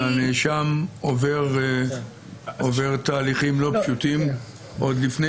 בהנחה שהנאשם עובר תהליכים לא פשוטים עוד לפני